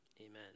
amen